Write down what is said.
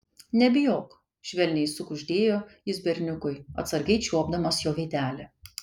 nebijok švelniai sukuždėjo jis berniukui atsargiai čiuopdamas jo veidelį